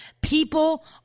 People